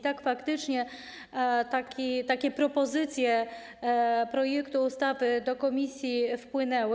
Tak, faktycznie, takie propozycje projektu ustawy do komisji wpłynęły.